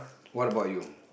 what about you